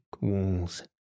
walls